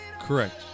Correct